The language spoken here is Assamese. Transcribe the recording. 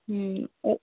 অঁ